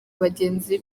bagenzi